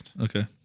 Okay